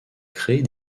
créer